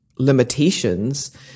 Limitations